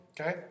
Okay